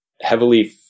heavily